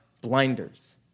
blinders